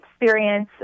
experience